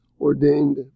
ordained